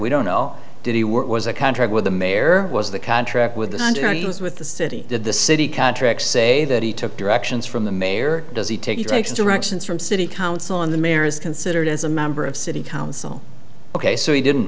we don't know did he work was a contract with the mayor was the contract with was with the city did the city contract say that he took directions from the mayor does he take you takes directions from city council and the mayor is considered as a member of city council ok so he didn't